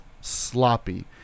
sloppy